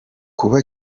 kuba